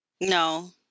no